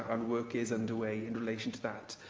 and work is under way in relation to that.